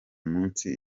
munsi